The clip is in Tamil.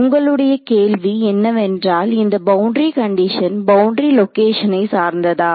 உங்களுடைய கேள்வி என்னவென்றால் இந்த பவுண்டரி கண்டிஷன் பவுண்டரி லொகேஷனை சார்ந்ததா